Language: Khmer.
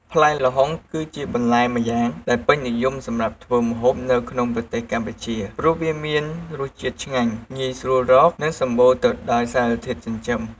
ផ្លែល្ហុង គឺជាបន្លែម្យ៉ាងដែលពេញនិយមសម្រាប់ធ្វើម្ហូបនៅក្នុងប្រទេសកម្ពុជា ព្រោះវាមានរសជាតិឆ្ងាញ់ ងាយស្រួលរក និងសម្បូរទៅដោយសារធាតុចិញ្ចឹម។